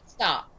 Stop